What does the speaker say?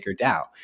MakerDAO